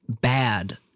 bad